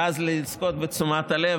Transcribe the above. ואז לזכות בתשומת הלב?